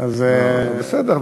בסדר.